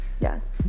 Yes